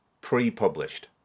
pre-published